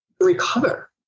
recover